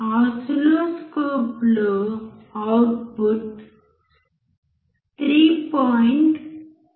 ఓసిల్లోస్కోప్లో output 3